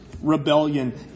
rebellion